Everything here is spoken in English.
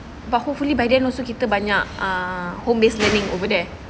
but hopefully by then also kita banyak ah homeless living over there